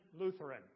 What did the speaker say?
Lutheran